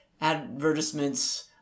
advertisements